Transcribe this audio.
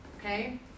okay